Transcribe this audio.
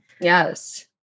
yes